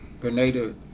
Grenada